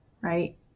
right